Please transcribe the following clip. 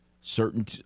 Certain